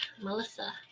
Melissa